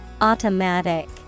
Automatic